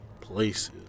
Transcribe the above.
places